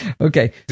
Okay